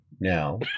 now